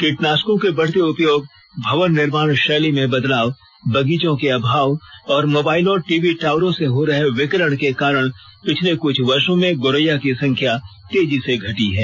कीटनाशकों के बढ़ते उपयोग भवन निर्माण शैली में बदलाव बगीचों के अभाव और मोबाइल और टीवी टावरों से हो रहे विकिरण के कारण पिछले कुछ वर्षों में गोरैयों की संख्या तेजी से घटी है